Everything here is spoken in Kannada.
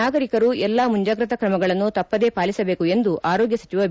ನಾಗರಿಕರು ಎಲ್ಲಾ ಮುಂಜಾಗೃತಾ ಕ್ರಮಗಳನ್ನು ತಪ್ಪದೆ ಪಾಲಿಸಬೇಕು ಎಂದು ಆರೋಗ್ಯ ಸಚಿವ ಬಿ